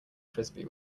frisbee